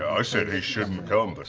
i said he shouldn't come, but